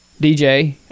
DJ